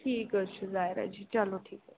ٹھیٖک حظ چھُ ظایرا جی چلو ٹھیٖک